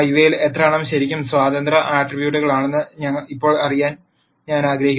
ഇവയിൽ എത്രയെണ്ണം ശരിക്കും സ്വതന്ത്ര ആട്രിബ്യൂട്ടുകളാണെന്ന് ഇപ്പോൾ അറിയാൻ ഞാൻ ആഗ്രഹിക്കുന്നു